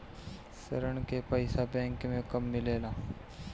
ऋण के पइसा बैंक मे कब मिले ला?